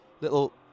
little